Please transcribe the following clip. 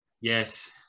Yes